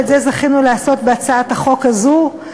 ואת זה זכינו לעשות בהצעת החוק הזאת,